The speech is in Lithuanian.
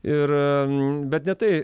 ir bet ne tai